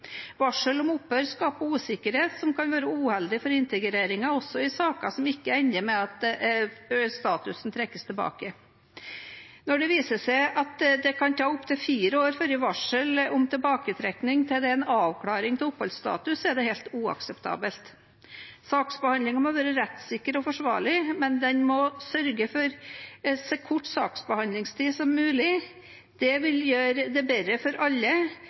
Varsel om opphør skaper usikkerhet som kan være uheldig for integreringen, også i saker som ikke ender med at statusen trekkes tilbake. Når det viser seg at det kan ta opptil fire år fra varsel om tilbaketrekking til det er en avklaring av oppholdsstatus, er det helt uakseptabelt. Saksbehandlingen må være rettssikker og forsvarlig, men den må sørge for en så kort saksbehandlingstid som mulig. Det vil gjøre det bedre for alle,